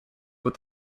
with